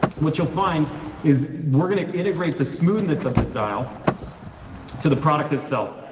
what you'll find is we're gonna integrate the smoothness of this dial to the product itself,